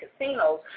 casinos